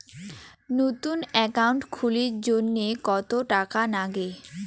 নতুন একাউন্ট খুলির জন্যে কত টাকা নাগে?